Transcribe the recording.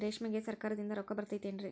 ರೇಷ್ಮೆಗೆ ಸರಕಾರದಿಂದ ರೊಕ್ಕ ಬರತೈತೇನ್ರಿ?